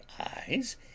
eyes